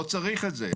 לא צריך את זה.